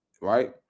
right